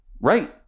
Right